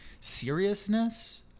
seriousness